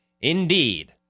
indeed